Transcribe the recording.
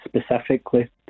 Specifically